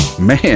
Man